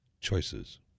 Choices